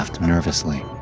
nervously